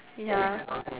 ya